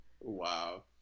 Wow